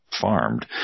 farmed